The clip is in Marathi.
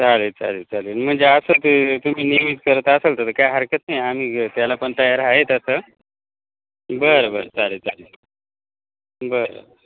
चालेल चालेल चालेल म्हणजे असं ते तुम्ही नेहमीच करता असंल तर तर काय हरकत नाही आम्ही त्याला पण तयार आहेच आ असं बरं बरं चालेल चालेल बरं